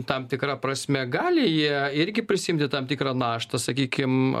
tam tikra prasme gali jie irgi prisiimti tam tikrą naštą sakykim